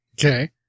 Okay